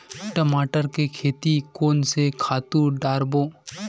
टमाटर के खेती कोन से खातु डारबो?